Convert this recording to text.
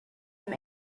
him